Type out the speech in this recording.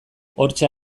hortxe